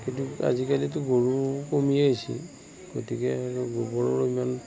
কিন্তু আজিকালিতো গৰু কমি আহিছে গতিকে আৰু গোবৰৰো ইমান